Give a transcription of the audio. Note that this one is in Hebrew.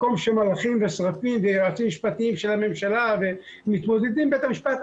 מקום שמלאכים ושרפים ויועצים משפטיים של הממשלה ומתמודדים בבית המשפט,